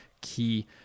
key